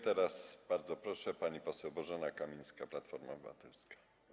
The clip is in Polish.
Teraz, bardzo proszę, pani poseł Bożena Kamińska, Platforma Obywatelska.